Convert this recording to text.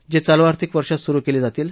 जे चालू आर्थिक वर्षात सुरु केले जातील